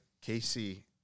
Casey